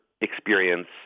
experience